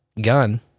gun